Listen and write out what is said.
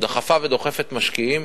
דחפה ודוחפת משקיעים,